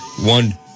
One